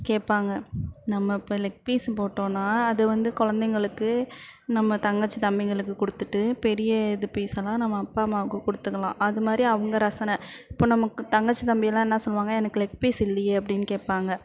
கேட்பாங்க நம்ம இப்போ லெக் பீஸ்ஸு போட்டோன்னால் அதை வந்து கொழந்தைங்களுக்கு நம்ம தங்கச்சி தம்பிங்களுக்கு கொடுத்துட்டு பெரிய இது பீஸெல்லாம் நம்ம அப்பா அம்மாவுக்கு கொடுத்துக்கலாம் அது மாதிரி அவங்க ரசனை இப்போ நமக்கு தங்கச்சி தம்பியெல்லாம் என்ன சொல்லுவாங்க எனக்கு லெக் பீஸ் இல்லையே அப்படின்னு கேட்பாங்க